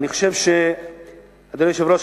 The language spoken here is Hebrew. אדוני היושב-ראש,